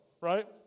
right